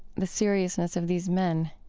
the seriousness of these men.